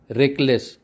reckless